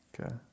Okay